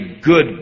good